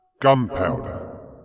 Gunpowder